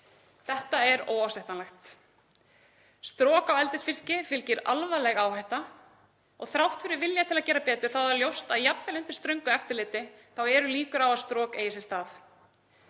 Þetta er óásættanlegt. Stroki á eldisfiski fylgir alvarleg áhætta og þrátt fyrir vilja til að gera betur er ljóst að jafnvel undir ströngu eftirliti eru líkur á að strok eigi sér stað.